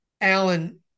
Alan